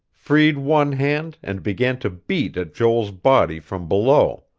freed one hand and began to beat at joel's body from below.